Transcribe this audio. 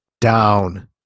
down